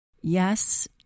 yes